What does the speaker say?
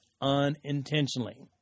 unintentionally